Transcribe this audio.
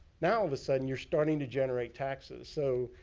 now, all of a sudden, you're starting to generate taxes. so,